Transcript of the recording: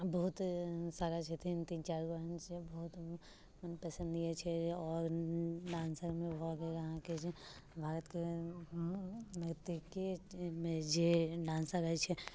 बहुत सारा छथिन तीन चारिगो एहन से बहुत मोन पसन्द इएह छै जे आओर डान्सरमे भऽ गेल अहाँके जे भारतके नर्तकीमे जे डान्सर रहै छै